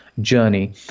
journey